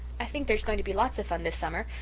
i think there's going to be lots of fun this summer,